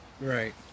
right